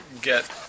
get